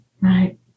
Right